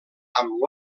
amb